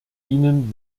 ihnen